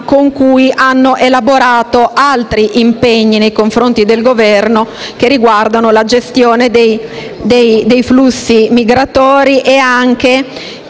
con cui hanno elaborato altri impegni nei confronti del Governo, come quelli che riguardano la gestione dei flussi migratori e la